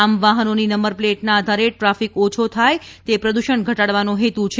આમ વાહનોની નંબર પ્લેટના આધારે ટ્રાફીક ઓછો થાથ તે પ્રદૃષણ ઘટાડવાનો હેતુ છે